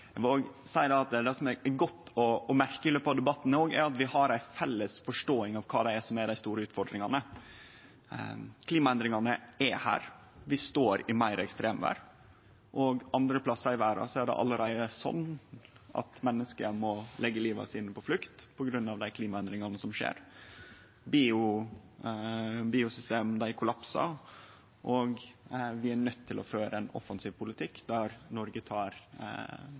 Eg vil òg seie at det som er godt å merke seg i løpet av debatten, er at vi har ei felles forståing av kva som er dei store utfordringane. Klimaendringane er her, vi står i meir ekstremvêr, og andre plassar i verda er det allereie slik at menneske lever livet på flukt på grunn av dei klimaendringane som skjer. Biosystem kollapsar, og vi er nøydde til å føre ein offensiv politikk der Noreg